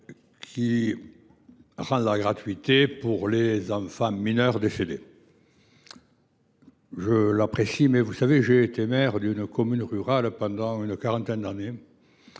qui prévoit la gratuité pour les enfants mineurs décédés. Vous savez, j’ai été maire d’une commune rurale pendant une quarantaine d’années